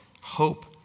hope